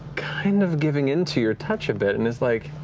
kind of giving into your touch a bit, and is like,